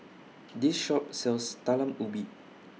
This Shop sells Talam Ubi